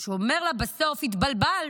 שהוא אומר לה בסוף: התבלבלת,